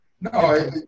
No